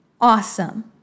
Awesome